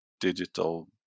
digital